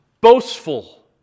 boastful